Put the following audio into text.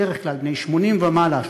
בדרך כלל בני 80 ומעלה,